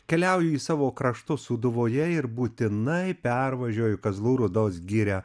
keliauju į savo kraštus sūduvoje ir būtinai pervažiuoju kazlų rūdos girią